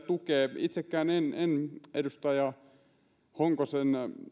tukee itsekään en en ymmärrä edustaja honkosen